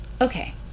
okay